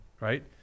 right